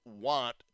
want